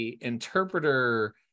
interpreter